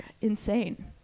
insane